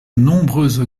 nombreuses